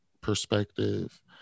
perspective